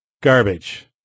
Garbage